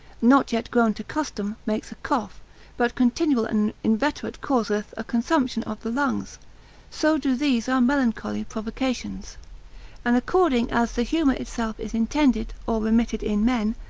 not yet grown to custom, makes a cough but continual and inveterate causeth a consumption of the lungs so do these our melancholy provocations and according as the humour itself is intended, or remitted in men,